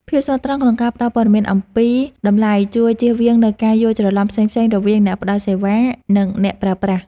ភាពស្មោះត្រង់ក្នុងការផ្ដល់ព័ត៌មានអំពីតម្លៃជួយជៀសវាងនូវការយល់ច្រឡំផ្សេងៗរវាងអ្នកផ្ដល់សេវា ឬអ្នកប្រើប្រាស់។